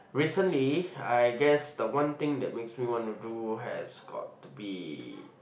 recently I guess the one thing that makes me want to do has got to be